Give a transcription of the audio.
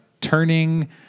turning